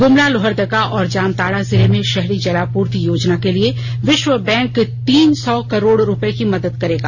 गुमला लोहरदगा और जामताड़ा जिले में शहरी जलापूर्ति योजना के लिए विश्व बैंक तीन सौ त् करोड़ रुपए की मदद करेगा